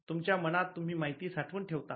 तुमच्या मनात तुम्ही माहिती साठवून ठेवतात